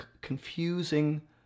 confusing